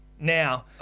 Now